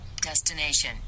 Destination